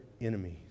enemies